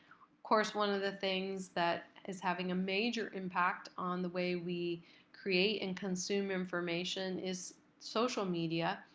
course, one of the things that is having a major impact on the way we create and consume information is social media.